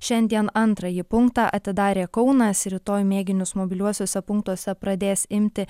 šiandien antrąjį punktą atidarė kaunas rytoj mėginius mobiliuosiuose punktuose pradės imti